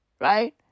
right